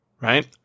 right